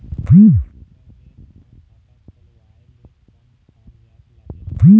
दूसर देश मा खाता खोलवाए ले कोन कागजात लागेल?